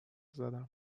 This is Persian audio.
زدم